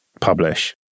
publish